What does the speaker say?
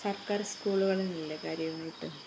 സർക്കാർ സ്കൂളുകള് തന്നെയല്ലേ കാര്യമായിട്ടും